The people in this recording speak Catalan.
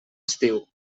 estiu